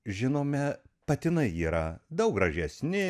žinome patinai yra daug gražesni